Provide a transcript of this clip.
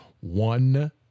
One